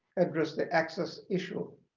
address the access issue